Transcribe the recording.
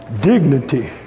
dignity